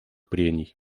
прений